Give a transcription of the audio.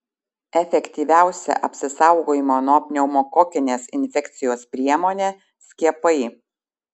efektyviausia apsisaugojimo nuo pneumokokinės infekcijos priemonė skiepai